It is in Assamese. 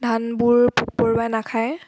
ধানবোৰ পোক পৰুৱাই নাখায়